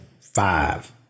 five